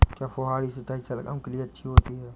क्या फुहारी सिंचाई शलगम के लिए अच्छी होती है?